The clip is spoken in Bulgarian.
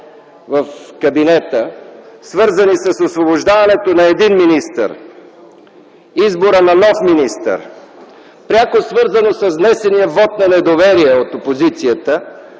в кабинета, свързани с освобождаването на един министър, избора на нов министър, пряко свързано с внесения вот на недоверие от опозицията